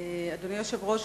אדוני היושב-ראש,